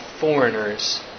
foreigners